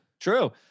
True